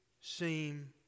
seem